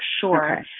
sure